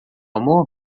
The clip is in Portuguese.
amor